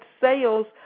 sales